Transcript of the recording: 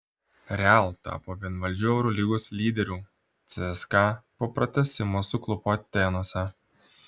real tapo vienvaldžiu eurolygos lyderiu cska po pratęsimo suklupo atėnuose